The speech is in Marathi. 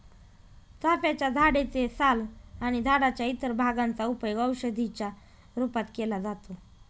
चाफ्याच्या झाडे चे साल आणि झाडाच्या इतर भागांचा उपयोग औषधी च्या रूपात केला जातो